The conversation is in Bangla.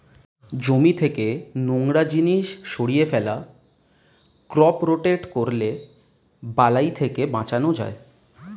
জমি থেকে নোংরা জিনিস সরিয়ে ফেলা, ক্রপ রোটেট করলে বালাই থেকে বাঁচান যায়